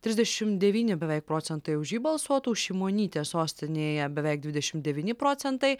trisdešim devyni beveik procentai už jį balsuotų šimonytė sostinėje beveik dvidešim devyni procentai